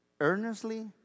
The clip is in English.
earnestly